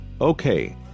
Okay